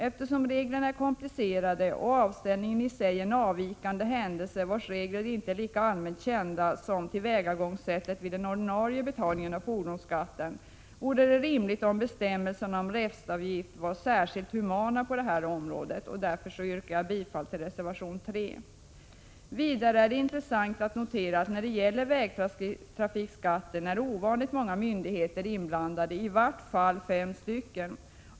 Eftersom reglerna är komplicerade och avställningen i sig är en avvikande händelse, vars regler inte är lika allmänt kända som tillvägagångssättet vid den ordinarie betalningen av fordonsskatten, vore det rimligt om bestämmelserna om restavgift var särskilt humana på det här området. Därför yrkar jag bifall till reservation 3. Vidare är det intressant att notera att ovanligt många myndigheter är inblandade när det gäller vägtrafikskatten, i varje fall fem myndigheter.